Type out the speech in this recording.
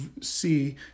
see